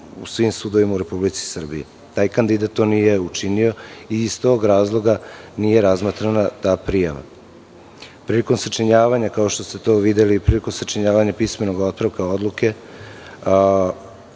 svim sudovima u Republici Srbiji. Taj kandidat to nije učinio i iz tog razloga nije razmatrana ta prijava. Prilikom sačinjavanja, kao što ste to videli, pismenog otpravka odluke